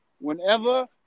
whenever –